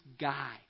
guy